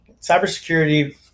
Cybersecurity